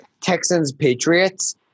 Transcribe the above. Texans-Patriots